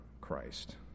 Christ